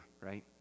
right